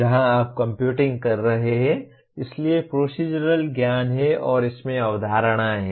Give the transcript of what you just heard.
यहां आप कंप्यूटिंग कर रहे हैं इसलिए प्रोसीज़रल ज्ञान है और इसमें अवधारणाएं हैं